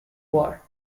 war